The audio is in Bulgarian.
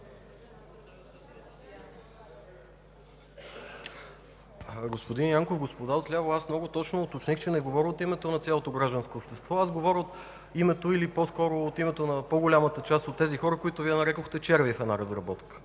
Господин Янков, господа от ляво! Много добре уточних, че не говоря от името на цялото гражданско общество, а говоря по-скоро от името на по-голямата част на хората, които Вие нарекохте „червеи” в една разработка.